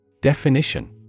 Definition